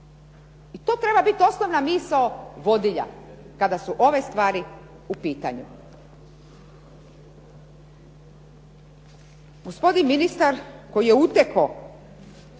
I to treba bit osnovna misao vodilja kada su ove stvari u pitanju. Gospodin ministar je utekao